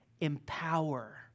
empower